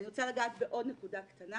ואני רוצה לגעת בעוד נקודה קטנה